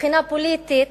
מבחינה פוליטית